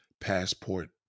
passport